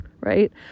right